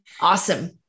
Awesome